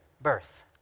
birth